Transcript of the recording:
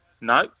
No